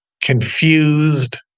confused